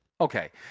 Okay